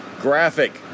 Graphic